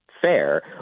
fair